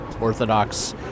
Orthodox